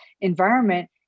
environment